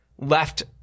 left